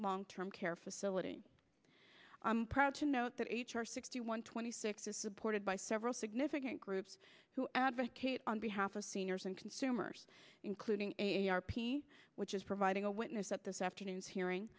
long term care facility to note that h r sixty one twenty six is supported by several significant groups who advocate on behalf of seniors and consumers including r p which is providing a witness up this afternoon's hearing